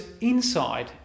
inside